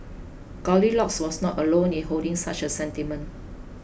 Goldilocks was not alone in holding such a sentiment